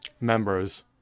members